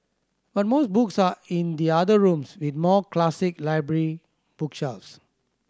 but most books are in the other rooms with more classic library bookshelves